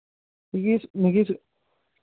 मिगी मिगी